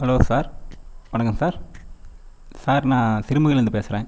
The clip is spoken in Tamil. ஹலோ சார் வணக்கம் சார் சார் நான் சிறுமுகையிலேருந்து பேசுகிறேன்